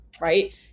Right